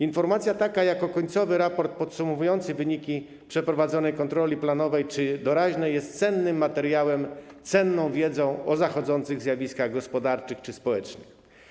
Informacja taka jako końcowy raport podsumowujący wyniki przeprowadzonej kontroli planowej czy doraźnej jest cennym materiałem, cenną wiedzą o zachodzących zjawiskach gospodarczych czy społecznych.